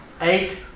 eight